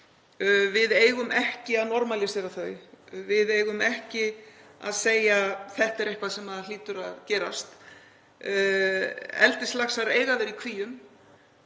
Við eigum ekki að normalísera þau, við eigum ekki að segja: Þetta er eitthvað sem hlýtur að gerast. Eldislaxar eiga að vera í kvíum